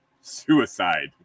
suicide